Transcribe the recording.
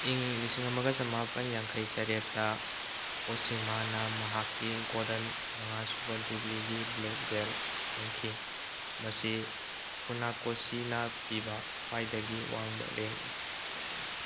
ꯏꯪ ꯂꯤꯁꯤꯡ ꯑꯃꯒ ꯆꯃꯥꯄꯜ ꯌꯥꯡꯈꯩ ꯇꯔꯦꯠꯇ ꯑꯣꯁꯤꯃꯥꯅ ꯃꯍꯥꯛꯀꯤ ꯒꯣꯗꯟ ꯃꯉꯥꯁꯨꯕ ꯗꯤꯒ꯭ꯔꯤꯒꯤ ꯕ꯭ꯂꯦꯛ ꯕꯦꯜꯠ ꯐꯪꯈꯤ ꯃꯁꯤ ꯐꯨꯅꯥꯀꯣꯁꯤꯅ ꯄꯤꯕ ꯈ꯭ꯋꯥꯏꯗꯒꯤ ꯋꯥꯡꯕ ꯔꯦꯡꯅꯤ